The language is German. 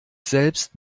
selbst